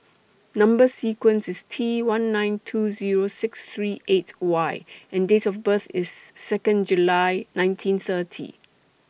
Number sequence IS T one nine two Zero six three eight Y and Date of birth IS Second July nineteen thirty